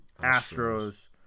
Astros